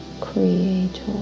creator